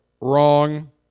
Wrong